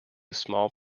small